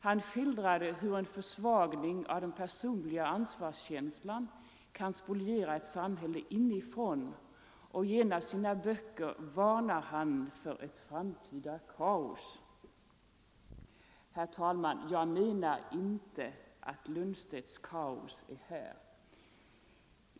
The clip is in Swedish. Han skildrade hur en försvagning av den personliga ansvarskänslan kan spoliera ett samhälle inifrån och i en av sina böcker varnade han för ett framtida kaos. Jag menar inte att Lundstedts kaos är här.